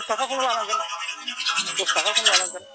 दस थाखाखौनो लानांगोन दस थाखाखौनो लानांगोन